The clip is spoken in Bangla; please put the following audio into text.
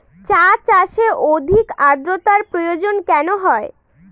চা চাষে অধিক আদ্রর্তার প্রয়োজন কেন হয়?